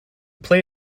play